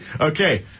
Okay